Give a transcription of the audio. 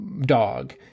dog